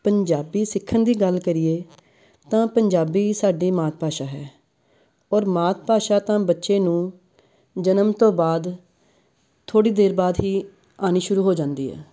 ਪੰਜਾਬੀ ਸਿੱਖਣ ਦੀ ਗੱਲ ਕਰੀਏ ਤਾਂ ਪੰਜਾਬੀ ਸਾਡੀ ਮਾਤ ਭਾਸ਼ਾ ਹੈ ਔਰ ਮਾਤ ਭਾਸ਼ਾ ਤਾਂ ਬੱਚੇ ਨੂੰ ਜਨਮ ਤੋਂ ਬਾਅਦ ਥੋੜ੍ਹੀ ਦੇਰ ਬਾਅਦ ਹੀ ਆਉਣੀ ਸ਼ੁਰੂ ਹੋ ਜਾਂਦੀ ਹੈ